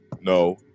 No